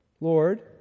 Lord